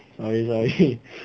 sorry sorry